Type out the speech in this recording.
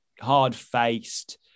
hard-faced